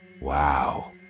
Wow